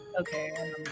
Okay